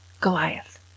Goliath